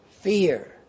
fear